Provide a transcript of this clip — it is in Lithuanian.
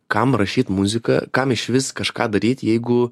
kam rašyt muziką kam išvis kažką daryt jeigu